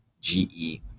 GE